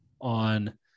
on